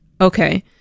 Okay